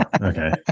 okay